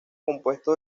compuesto